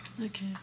Okay